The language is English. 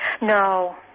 no